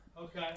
Okay